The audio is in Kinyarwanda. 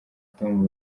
tom